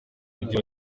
mujyi